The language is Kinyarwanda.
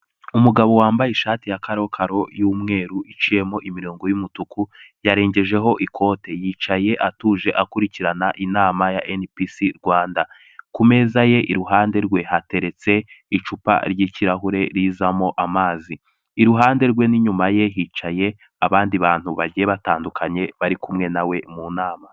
Umugabo wambaye ishati ya karokaro y'umweru iciyemo imirongo y'umutuku, yarengejeho ikote, yicaye atuje akurikirana inama ya NPC Rwanda, ku meza ye iruhande rwe hateretse icupa ry'ikirahure rizamo amazi, iruhande rwe n'inyuma ye hicaye abandi bantu bagiye batandukanye bari kumwe na we mu nama.